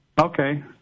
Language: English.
Okay